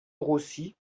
rossi